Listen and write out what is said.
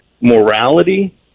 morality